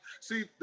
see